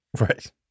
Right